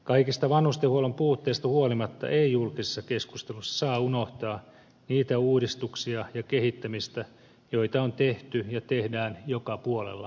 kaikista vanhustenhuollon puutteista huolimatta ei julkisessa keskustelussa saa unohtaa niitä uudistuksia ja kehittämistä jota on tehty ja tehdään joka puolella edelleen